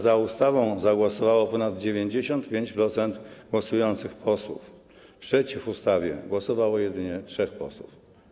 Za ustawą zagłosowało ponad 95% głosujących posłów, a przeciw ustawie głosowało jedynie trzech posłów.